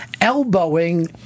elbowing